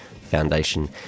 Foundation